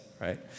right